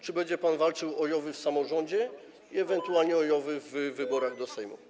Czy będzie pan walczył o JOW-y w samorządzie i ewentualnie w wyborach do Sejmu?